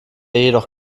jedoch